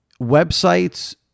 websites